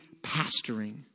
pastoring